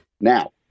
Now